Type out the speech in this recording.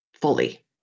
fully